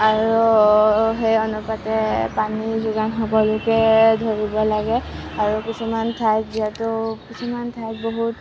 আৰু সেই অনুপাতে পানীৰ যোগান সকলোকে ধৰিব লাগে আৰু কিছুমান ঠাইত যিহেতু কিছুমান ঠাইত বহুত